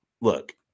look